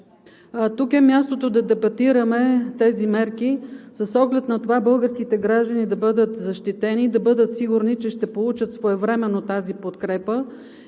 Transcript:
Тук е мястото да дебатираме тези мерки с оглед на това българските граждани да бъдат защитени, да бъдат сигурни, че ще получат своевременно тази подкрепа